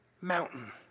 mountain